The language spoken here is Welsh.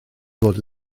fod